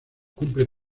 cumple